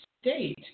state